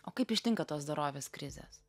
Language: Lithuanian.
o kaip ištinka tos dorovės krizės